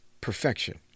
perfection